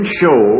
show